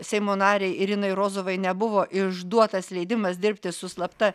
seimo narei irinai rozovai nebuvo išduotas leidimas dirbti su slapta